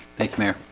thank mayor.